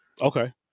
Okay